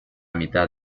mitad